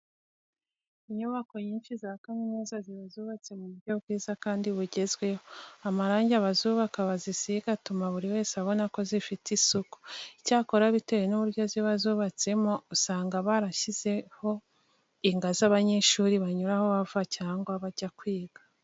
Inyubako nyinshi za kaminuza ziba zubatse mu buryo bwiza kandi bugezweho, amarange abazubaka bazisiga atuma buri wese abona ko zifite isuku. Icyakora bitewe n'uburyo ziba zubatsemo usanga barashyizeho ingazi abanyeshuri banyuraho bava cyangwa bajya kwiga.